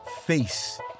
face